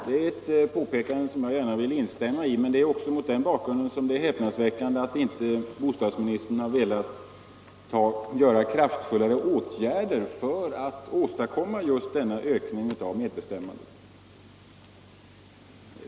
Det är ett påpekande som jag gärna vill instämma i, men det är också mot den bakgrunden som det är häpnadsväckande att bostadsministern inte har velat vidta kraftfullare åtgärder för att åstadkomma just denna ökning av medbestämmandet.